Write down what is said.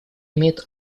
имеет